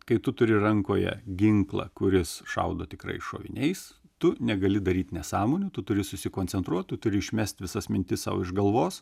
kai tu turi rankoje ginklą kuris šaudo tikrais šoviniais tu negali daryt nesąmonių tu turi susikoncentruot turi išmest visas mintis sau iš galvos